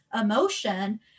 emotion